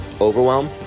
overwhelm